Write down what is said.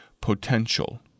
potential